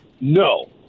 no